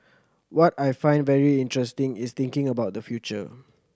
what I find very interesting is thinking about the future